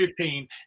15